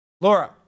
Laura